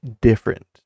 different